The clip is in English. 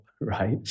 right